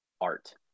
art